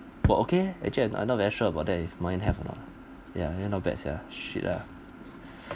but okay actually I'm not very sure about that if mine have or not ya ya not bad sia shit lah